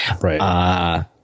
Right